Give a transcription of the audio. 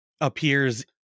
appears